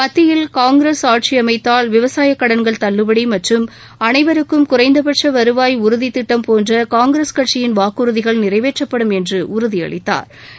மத்தியில் காங்கிரஸ் ஆட்சியமைத்தால் விவசாயக் கடன்கள் தள்ளுபடி மற்றும் அனைவருக்கும் குறைந்தபட்ச வருவாய் உறுதித் திட்டம் போன்ற காங்கிரஸ் கட்சியின் வாக்குறுதிகள் நிறைவேற்றப்படும் என்று உறுதியளித்தாா்